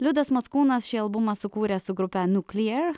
liudas mockūnas šį albumą sukūrė su grupe nuclear